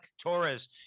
Torres